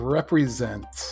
Represent